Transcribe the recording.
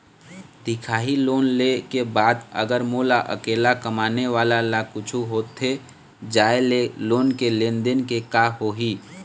दिखाही लोन ले के बाद अगर मोला अकेला कमाने वाला ला कुछू होथे जाय ले लोन के लेनदेन के का होही?